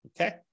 Okay